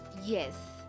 yes